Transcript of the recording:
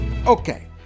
Okay